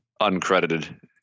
Uncredited